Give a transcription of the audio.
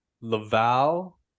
Laval